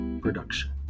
Production